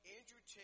Andrew